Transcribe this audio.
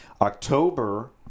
October